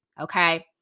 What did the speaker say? Okay